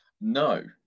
No